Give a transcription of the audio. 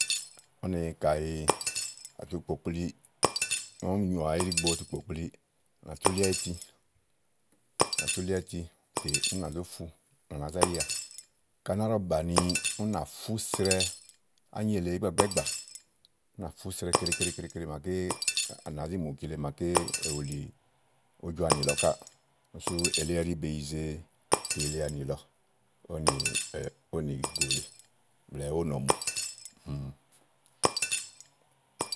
úni kàyi à tu kpòkpli, ígbɔ úni nyoà íɖigbo ɔwɔ tu kpòkpli, à nà túli àyiti, à nà tú lí áyiti tè ú nà zó fu, à nà zá yi à, ka áná ɖɔ̀ bàni, ù nà fú srɛ ányi èle ígbàgbáàgbà. ú ŋà fúsrɛ keɖe keɖe keɖe keɖe màaké à nàá zi mù kile màaké èwùlì újɔ anì lɔ káà úni sú elí ɛɖi be yize iyilianì lɔ ówò nìgò lèe blɛ̀ɛ ówò nɔ̀mù.